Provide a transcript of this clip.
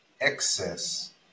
Excess